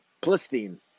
Palestine